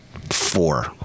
four